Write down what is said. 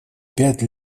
пять